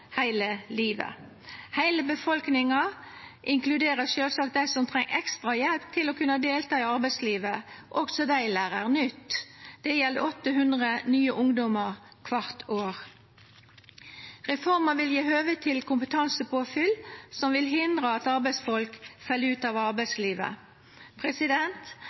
heile livet. Heile befolkninga inkluderer sjølvsagt òg dei som treng ekstra hjelp til å kunna delta i arbeidslivet, også dei lærer nytt. Det gjeld 800 nye ungdommar kvart år. Reforma vil gje høve til kompetansepåfyll, som vil hindra at arbeidsfolk fell ut av arbeidslivet.